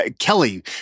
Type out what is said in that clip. Kelly